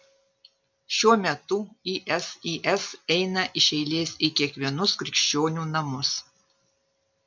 šiuo metu isis eina iš eilės į kiekvienus krikščionių namus